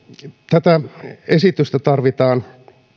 tätä esitystä tarvitaan